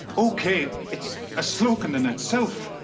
ok, it's a slogan in itself.